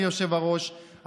זה רשום לי דווקא כתרגום מערבית.